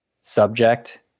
subject